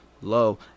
low